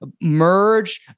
merge